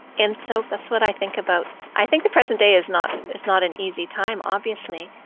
and so that's what i think about i think the present day is not is not an easy time, obviously,